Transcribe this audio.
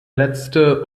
letzte